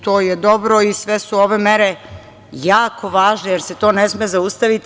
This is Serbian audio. To je dobro i sve su ove mere jako važne, jer se to ne sme zaustaviti.